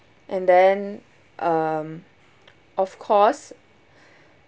and then um of course